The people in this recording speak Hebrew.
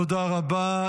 תודה רבה.